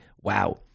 wow